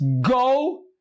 Go